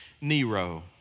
Nero